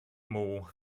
more